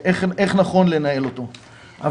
אין הצדקה להפעיל אוטובוס של 50 מושבים לרווחת נוסע